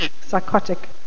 psychotic